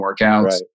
workouts